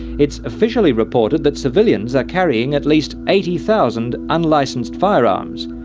it's officially reported that civilians are carrying at least eighty thousand unlicensed firearms.